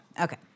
Okay